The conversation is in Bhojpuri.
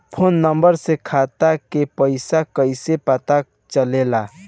फोन नंबर से खाता के पइसा कईसे पता चलेला?